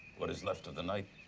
what is left of the night?